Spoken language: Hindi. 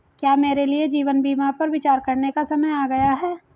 क्या मेरे लिए जीवन बीमा पर विचार करने का समय आ गया है?